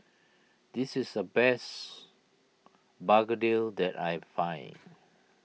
this is the best Begedil that I can find